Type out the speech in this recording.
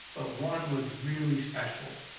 but one was really special,